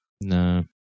No